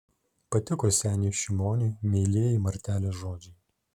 patiko seniui šimoniui meilieji martelės žodžiai